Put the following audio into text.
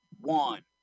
one